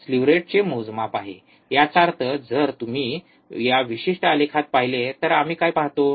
slew रेटचे मोजमाप आहे याचा अर्थ जर तुम्ही या विशिष्ट आलेखात पाहिले तर आम्ही काय पाहतो